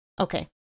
Okay